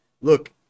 look